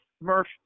Murph